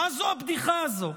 מה זו הבדיחה הזו?